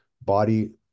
body